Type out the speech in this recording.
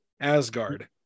asgard